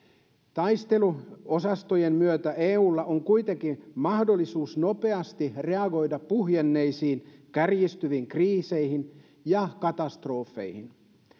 taisteluosastojen myötä eulla on kuitenkin mahdollisuus nopeasti reagoida puhjenneisiin kärjistyviin kriiseihin ja katastrofeihin